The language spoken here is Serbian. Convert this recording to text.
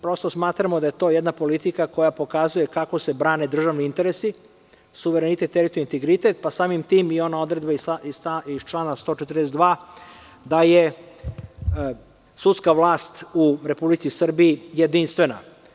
Prosto smatramo da je to jedna politika koja pokazuje kako se brane državni interesi, suverenitet, integritet, pa samim tim i ona odredba iz člana 142. da je sudska vlast u Republici Srbiji jedinstvena.